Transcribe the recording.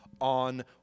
on